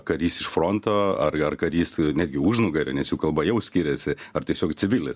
karys iš fronto ar ar karys netgi užnugary nes jų kalba jau skiriasi ar tiesiog civilis